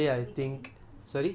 ya technically